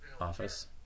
office